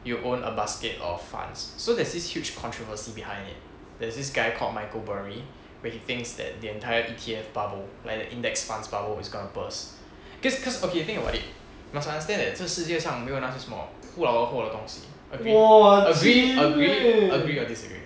you own a basket of funds so there's this huge controversy behind it there's this guy called michael burry where he thinks that the entire E_T_F bubble like the index funds bubble is gonna burst cause cause okay think about it you must understand that 这世界上没有那些什么不劳而获的东西 agree agree agree or disagree